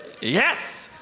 Yes